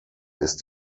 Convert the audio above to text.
ist